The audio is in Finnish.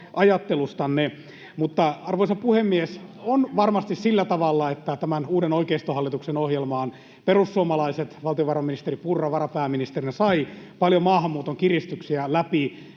Arvoisa puhemies! On varmasti sillä tavalla, että tämän uuden oikeistohallituksen ohjelmaan perussuomalaiset, valtiovarainministeri Purra varapääministerinä, saivat paljon läpi maahanmuuton kiristyksiä ja